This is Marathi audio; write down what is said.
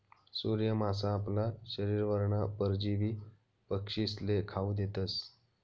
सूर्य मासा आपला शरीरवरना परजीवी पक्षीस्ले खावू देतस